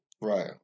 Right